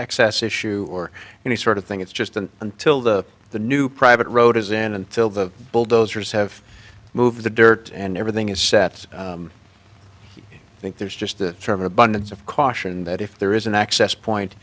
excess issue or any sort of thing it's just an until the the new private road is in until the bulldozers have moved the dirt and everything is set i think there's just that sort of abundance of caution that if there is an access point